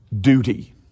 Duty